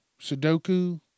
Sudoku